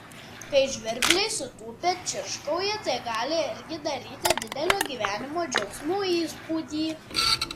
kai žvirbliai sutūpę čirškauja tai gali irgi daryti didelio gyvenimo džiaugsmo įspūdį